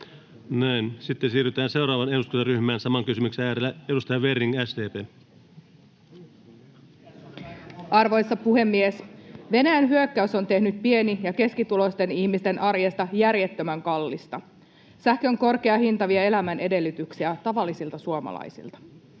vastuu. Siirrytään seuraavaan eduskuntaryhmään, pysytään saman kysymyksen äärellä. Edustaja Werning, SDP. Arvoisa puhemies! Venäjän hyökkäys on tehnyt pieni‑ ja keskituloisten ihmisten arjesta järjettömän kallista. Sähkön korkea hinta vie elämän edellytyksiä tavallisilta suomalaisilta.